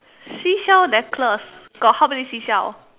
seashell necklace got how many seashell